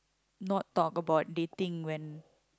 not talk about dating when